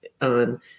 on